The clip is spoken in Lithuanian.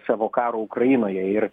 savo karo ukrainoje ir